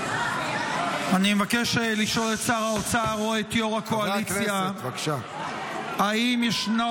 אני מבקש לשאול את שר האוצר או את יו"ר הקואליציה: האם ישנו